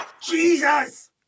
Jesus